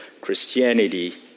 Christianity